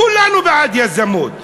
כולנו בעד יזמות.